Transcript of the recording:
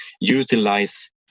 utilize